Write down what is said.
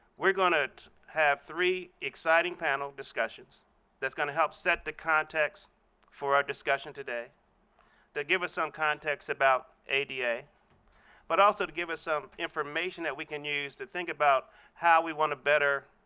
we're going to have three exciting panel discussions that's going to help set the context for our discussion today to give us some context about ada, but also to give us some information that we can use to think about how we want a better,